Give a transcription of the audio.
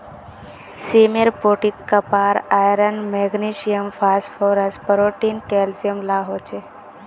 सीमेर पोटीत copper, iron, magnesium, phosphorus, protein, calcium ला हो छे